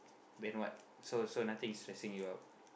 then what so so nothing is stressing you out